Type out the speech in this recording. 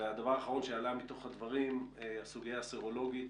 הדבר האחרון שעלה מתוך הדברים, הסוגיה הסרולוגית